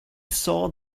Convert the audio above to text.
saw